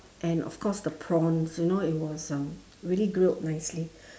and of course the prawns you know it was um really grilled nicely